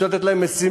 אפשר לתת להן משימות,